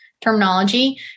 terminology